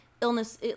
illness